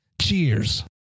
Cheers